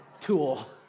tool